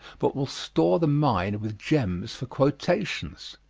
but will store the mind with gems for quotation.